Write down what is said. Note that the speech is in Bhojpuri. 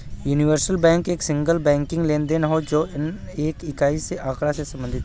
यूनिवर्सल बैंक एक सिंगल बैंकिंग लेनदेन हौ जौन एक इकाई के आँकड़ा से संबंधित हौ